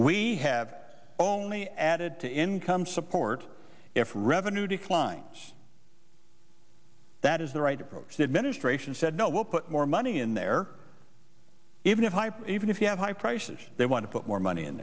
we have only added to income support if revenue declines that is the right approach the administration said no we'll put more money in there even if i even if you have high prices they want to put more money in